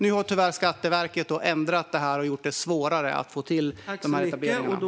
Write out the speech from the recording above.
Nu har tyvärr Skatteverket ändrat detta och gjort det svårare att få till etableringarna.